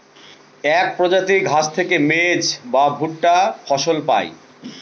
এক প্রজাতির ঘাস থেকে মেজ বা ভুট্টা ফসল পায়